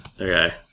Okay